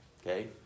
Okay